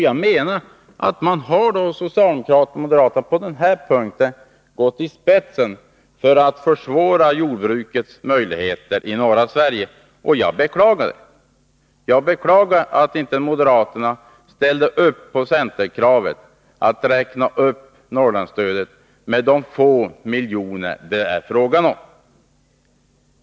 Jag anser därför ått socialdemokrater och moderater har gått i spetsen för att försvåra jordbrukets möjligheter i norra Sverige. Jag beklagar att inte moderaterna ställde upp på centerkravet att räkna upp Norrlandsstödet med de få miljoner det är fråga om.